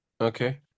okay